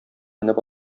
менеп